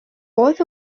both